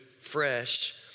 fresh